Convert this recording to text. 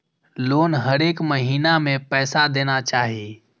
Loan हरेक महीना में पैसा देना चाहि?